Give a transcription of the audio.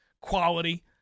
quality